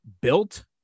built